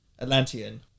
Atlantean